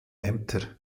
ämter